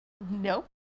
Nope